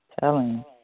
Telling